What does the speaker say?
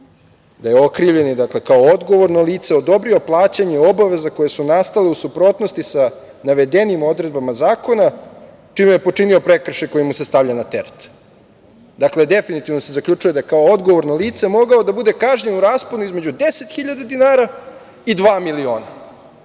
da je okrivljeni kao odgovorno lice odobrio plaćanje obaveza koje su nastale u suprotnosti sa navedenim odredbama zakona čime je počinio prekršaj koji mu se stavlja na teret. Dakle, definitivno se zaključuje da je kao odgovorno lice mogao da bude kažnjen u rasponu između deset hiljada dinara i dva miliona.